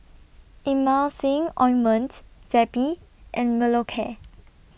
Emulsying Ointment Zappy and Molicare